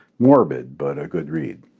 morbid, but a good read.